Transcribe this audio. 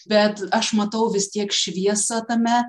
bet aš matau vis tiek šviesą tame